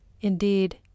Indeed